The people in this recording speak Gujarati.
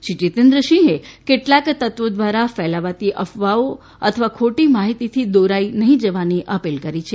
શ્રી જીતેન્દ્રસિંહે કેટલાક તત્વો દ્વારા ફેલાવાતી અફવાઓ અથવા ખોટી માહિતીથી દોરાઈ નહિં જવાની અપીલ કરી છે